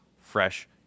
fresh